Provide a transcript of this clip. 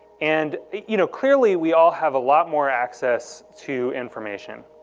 and you know clearly we all have a lot more access to information,